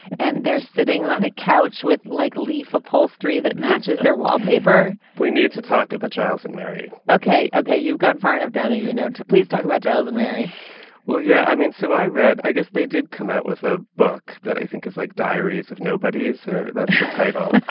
and they're sitting on a couch with like leaf upholstery that matches their wallpaper we need to talk of a child's and mary. ok. ok. you've gone far enough down the you know, to please talk about giles and mary well, yeah, i mean, so i read. i guess they did come out with a book that i think is like diaries of nobodies or that's the title.